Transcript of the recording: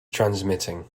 transmitting